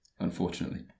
Unfortunately